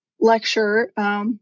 lecture